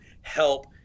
help